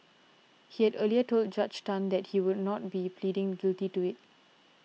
he had earlier told Judge Tan that he would not be pleading guilty to it